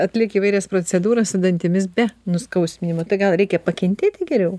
atlieki įvairias procedūras su dantimis be nuskausminimo tai gal reikia pakentėti geriau